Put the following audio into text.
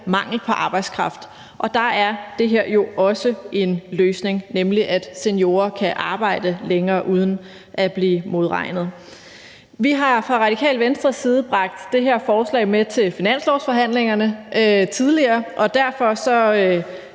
mangel på arbejdskraft. Der er det her jo også en løsning, altså at seniorer kan arbejde længere uden at blive modregnet. Vi har fra Radikale Venstres side bragt det her forslag med til finanslovsforhandlingerne tidligere, og derfor er